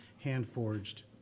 hand-forged